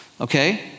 Okay